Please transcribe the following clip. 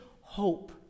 hope